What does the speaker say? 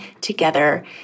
together